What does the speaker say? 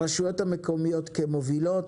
הרשויות המקומיות כמובילות,